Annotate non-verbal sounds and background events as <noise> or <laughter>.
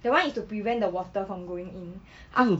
that [one] is to prevent the water from going in <breath> af~